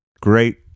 Great